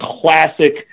classic